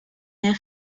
their